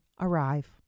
arrive